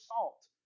salt